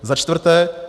Za čtvrté.